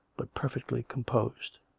but perfectly composed.